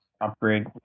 upgrade